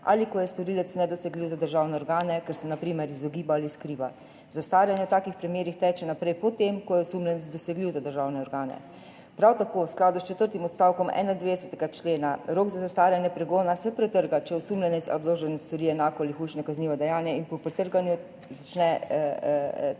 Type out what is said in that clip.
ali ko je storilec nedosegljiv za državne organe, ker se na primer izogiba ali skriva. Zastaranje v takih primerih teče naprej po tem, ko je osumljenec dosegljiv za državne organe. Prav tako se v skladu s četrtim odstavkom 91. člena rok za zastaranje pregona pretrga, če osumljenec, obdolženec stori enako ali hujše kaznivo dejanje, in po pretrganju začne teči